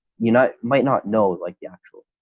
you're not might not know, like the actual